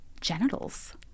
genitals